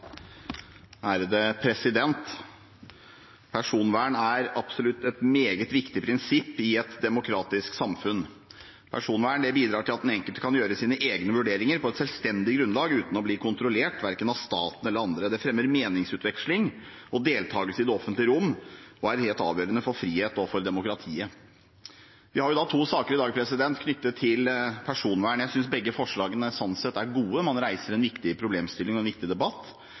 de forslagene. Personvern er absolutt et meget viktig prinsipp i et demokratisk samfunn. Personvern bidrar til at den enkelte kan gjøre sine egne vurderinger på et selvstendig grunnlag uten å bli kontrollert, verken av staten eller andre. Det fremmer meningsutveksling og deltakelse i det offentlige rom og er helt avgjørende for frihet og for demokratiet. Vi har to saker i dag knyttet til personvern. Jeg synes begge forslagene sånn sett er gode. Man reiser en viktig problemstilling og en viktig debatt.